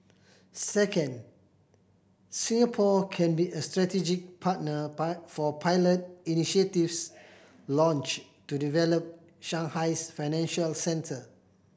second Singapore can be a strategic partner for pilot initiatives launched to develop Shanghai's financial centre